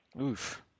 Oof